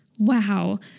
wow